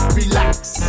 Relax